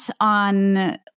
on